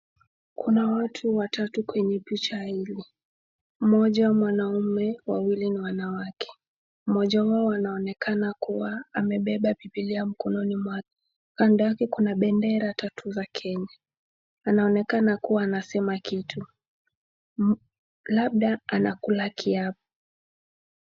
Kuna watu watatu kwenye picha hili mmoja ni mwanamume, na wawili ni wanawake. Mmoja wao anaonekana kuwa amebeba Biblia mkononi mwake. Kando yake kuna bendera tatu za Kenya. Anaonekana kuwa anasema kitu, labda anakula kiapo.